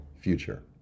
future